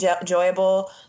enjoyable